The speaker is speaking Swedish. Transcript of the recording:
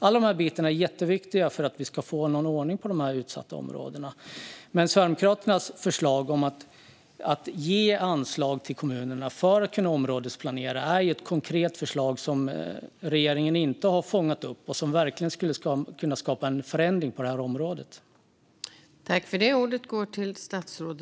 Alla dessa bitar är jätteviktiga för att vi ska få ordning på de utsatta områdena, men Sverigedemokraternas förslag att ge anslag till kommunerna för att kunna områdesplanera är ett konkret förslag som regeringen inte har fångat upp och som verkligen skulle kunna skapa en förändring på detta område.